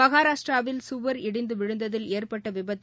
மகராஷ்டிராவில் சுவர் இடிந்து விழுந்ததில் ஏற்பட்ட விபத்தில்